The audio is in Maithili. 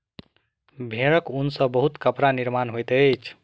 भेड़क ऊन सॅ बहुत कपड़ा निर्माण होइत अछि